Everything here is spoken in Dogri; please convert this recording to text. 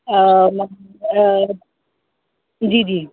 जी जी